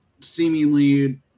seemingly